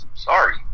Sorry